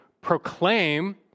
proclaim